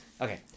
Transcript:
Okay